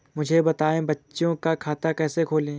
मुझे बताएँ बच्चों का खाता कैसे खोलें?